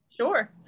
sure